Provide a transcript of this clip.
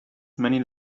many